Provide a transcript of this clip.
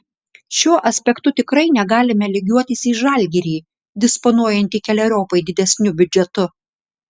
šiuo aspektu tikrai negalime lygiuotis į žalgirį disponuojantį keleriopai didesniu biudžetu